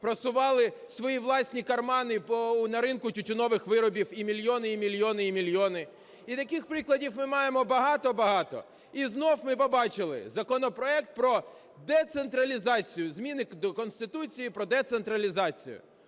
просували свої власні кармани на ринку тютюнових виборів, і мільйони, і мільйони, і мільйони. І таких прикладів ми маємо багато-багато. І знову ми побачили законопроект про децентралізацію, зміни до Конституції про децентралізацію.